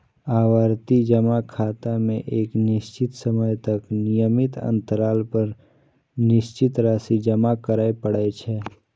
आवर्ती जमा खाता मे एक निश्चित समय तक नियमित अंतराल पर निश्चित राशि जमा करय पड़ै छै